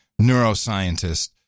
neuroscientist